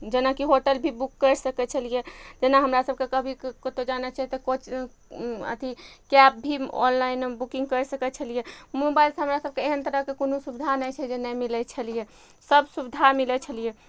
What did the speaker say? जेनाकि होटल भी बुक करि सकय छलियै जेना हमरा सबके कभी कतहु जाना छै तऽ कोच अथी कैब भी ऑनलाइन बुकिंग करि सकय छलियै मोबाइलसँ हमरा सबके एहन तरहके कोनो सुविधा नहि छै जे नहि मिलय छलियै सब सुविधा मिलय छलियै